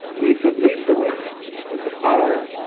we should lead the way with the power,